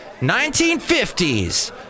1950s